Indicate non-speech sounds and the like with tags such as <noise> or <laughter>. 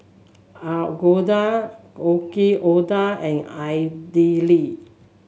Alu Gobi <unintelligible> Yaki Udon and Idili